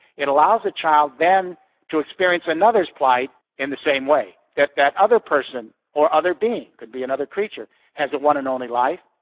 it allows a child then to experience another's plight in the same way that that other person or other being, could be another creature, has a one and only life,